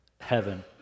heaven